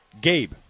Gabe